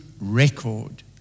record